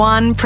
One